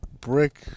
brick